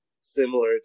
Similar